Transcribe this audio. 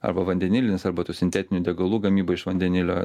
arba vandenilinis arba tų sintetinių degalų gamyba iš vandenilio